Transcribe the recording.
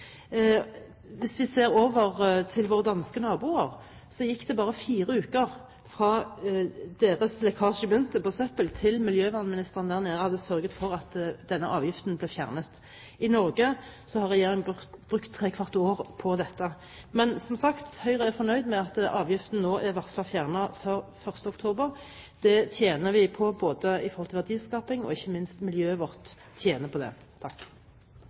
Hvis vi ser over til våre danske naboer, så gikk det bare fire uker fra deres lekkasje av søppel begynte til miljøvernministeren der nede hadde sørget for at denne avgiften ble fjernet. I Norge har regjeringen brukt trekvart år på dette. Men, som sagt, Høyre er fornøyd med at avgiften nå er varslet fjernet fra 1. oktober. Det tjener vi på, både i forhold til verdiskaping og ikke minst i forhold til miljøet. Både representantforslaget og det